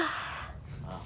ah still say you are not cold